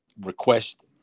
request